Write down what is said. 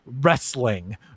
wrestling